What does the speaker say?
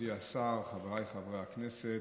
מכובדי השר, חבריי חברי הכנסת,